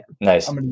Nice